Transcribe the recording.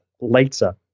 later